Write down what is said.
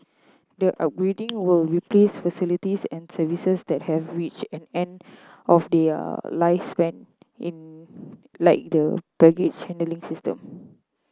the upgrading will replace facilities and services that have reached an end of their lifespan in like the baggage handling system